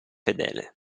fedele